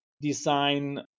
design